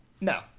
No